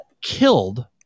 killed